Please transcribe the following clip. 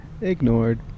ignored